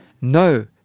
no